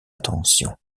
attention